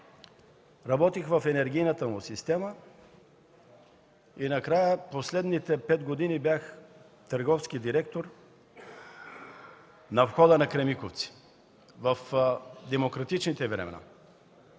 работих в енергийната му система и накрая през последните 5 години бях търговски директор на входа на „Кремиковци”, в демократичните времена,